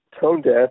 tone-deaf